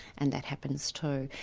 and that happens too.